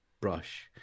brush